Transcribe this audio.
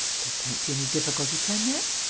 there can't be any difficulty, can there?